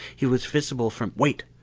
he was visible from wait!